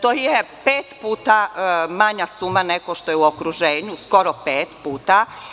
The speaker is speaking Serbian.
To je pet puta manja suma nego što je u okruženju, skoro pet puta.